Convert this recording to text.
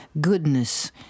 goodness